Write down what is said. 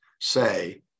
say